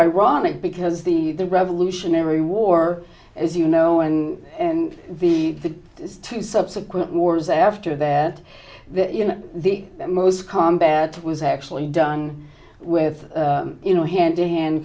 ironic because the the revolutionary war as you know and the two subsequent wars after that the most combat was actually done with you know hand to hand